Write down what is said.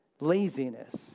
laziness